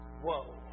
Whoa